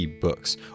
books